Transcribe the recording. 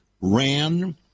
ran